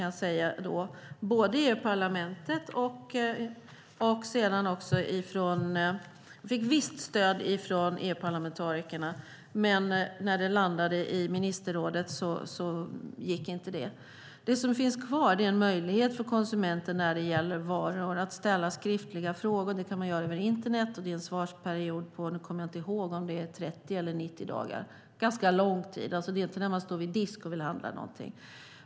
Jag fick visst stöd från EU-parlamentarikerna men inte när det landade i ministerrådet. Det som finns kvar är en möjlighet för konsumenter att ställa skriftliga frågor om varor. Det kan man göra över internet. Det är en svarsperiod på 30 eller 90 dagar, en ganska lång tid. Den möjligheten finns alltså inte när man står vid disk och vill handla någonting.